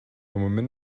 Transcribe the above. woman